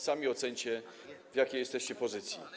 Sami oceńcie, w jakiej jesteście pozycji.